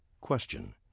Question